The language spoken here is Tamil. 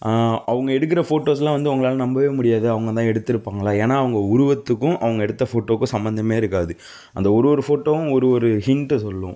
அவங்க எடுக்கிற ஃபோட்டோஸ்லாம் வந்து உங்களால் நம்ப முடியாது அவங்க தான் எடுத்திருப்பாங்களா ஏன்னா அவங்க உருவத்துக்கும் அவங்க எடுத்த ஃபோட்டோக்கும் சம்மந்தம் இருக்காது அந்த ஒரு ஒரு ஃபோட்டோவும் ஒரு ஒரு ஹின்ட்டை சொல்லும்